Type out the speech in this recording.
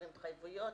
כותבים התחייבויות,